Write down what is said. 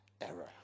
error